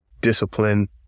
discipline